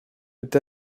with